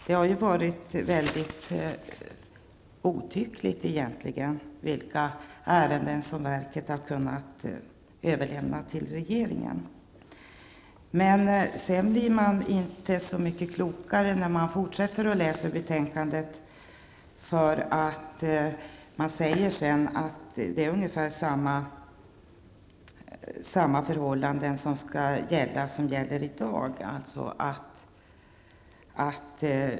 Det har ju tidigare varit mycket godtyckligt vilka ärenden som skulle överlämnas till regeringen. När man fortsätter att läsa betänkandet blir man inte så mycket klokare. Det står att det skall gälla ungefär samma förhållanden som i dag.